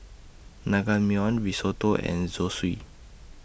Naengmyeon Risotto and Zosui